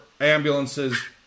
ambulances